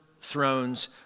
thrones